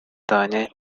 таня